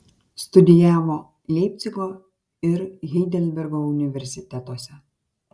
studijavo leipcigo ir heidelbergo universitetuose